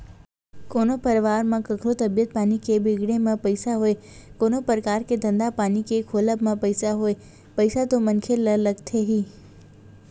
कोनो परवार म कखरो तबीयत पानी के बिगड़े म पइसा होय कोनो परकार के धंधा पानी के खोलब म पइसा होय पइसा तो मनखे ल लगथे ही